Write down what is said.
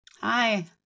Hi